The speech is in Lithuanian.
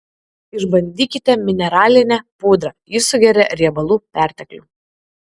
išbandykite mineralinę pudrą ji sugeria riebalų perteklių